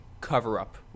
cover-up